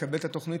להתקבל לתוכנית,